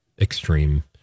extreme